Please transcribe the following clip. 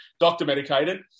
doctor-medicated